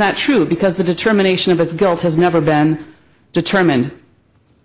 not true because the determination of its guilt has never been determined